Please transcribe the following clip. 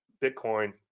bitcoin